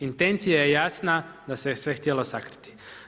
Intencija je jasna da se je sve htjelo sakriti.